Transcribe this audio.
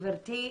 גברתי,